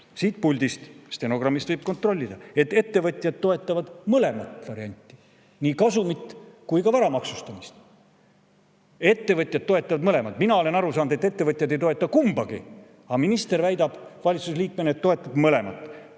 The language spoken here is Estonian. siit puldist – stenogrammist võib kontrollida –, et ettevõtjad toetavad mõlemat varianti, nii kasumi kui ka vara maksustamist. Ettevõtjad toetavad mõlemat! Mina olen aru saanud, et ettevõtjad ei toeta kumbagi, aga minister väidab valitsuse liikmena, et toetavad mõlemat.